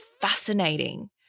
fascinating